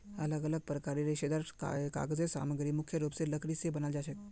अलग अलग प्रकारेर रेशेदार कागज़ेर सामग्री मुख्य रूप स लकड़ी स बनाल जाछेक